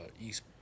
East